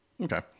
Okay